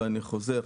ואני חוזר,